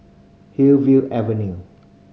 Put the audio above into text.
Hillview Avenue